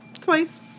Twice